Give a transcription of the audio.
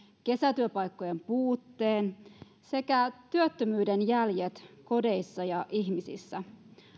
kesätyöpaikkojen puutteen sekä työttömyyden jäljet kodeissa ja ihmisissä